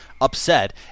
upset